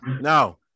Now